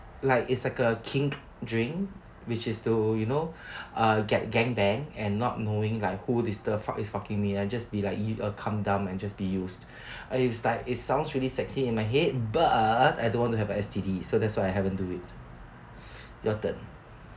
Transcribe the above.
like it's like a kink dream which is to you know uh get gang banged and not knowing like who is the fuck is fucking me and just be like become dumb and just be used it's like it sounds very sexy in my head but I don't want to have a S_T_D so that's why I haven't do it your turn